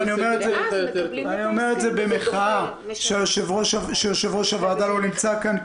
אני אומר את זה במחאה שיושב-ראש הוועדה לא נמצא כאן,